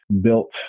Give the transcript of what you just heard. built